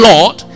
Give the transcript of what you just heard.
Lord